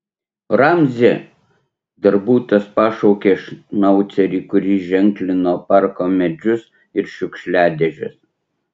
ramzi darbutas pašaukė šnaucerį kuris ženklino parko medžius ir šiukšliadėžes